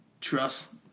trust